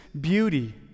beauty